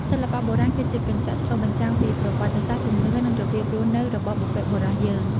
សិល្បៈបុរាណគឺជាកញ្ចក់ឆ្លុះបញ្ចាំងពីប្រវត្តិសាស្ត្រ ជំនឿ និងរបៀបរស់នៅរបស់បុព្វបុរសយើង។